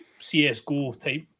CSGO-type